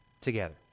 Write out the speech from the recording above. together